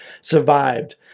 survived